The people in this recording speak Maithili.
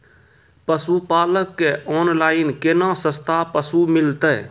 पशुपालक कऽ ऑनलाइन केना सस्ता पसु मिलतै?